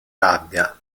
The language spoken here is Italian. rabbia